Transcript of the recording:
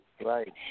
right